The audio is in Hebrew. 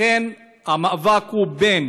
לכן המאבק הוא בין